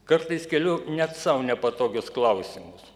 kartais keliu net sau nepatogius klausimus